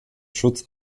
schutz